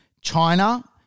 China